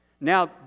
now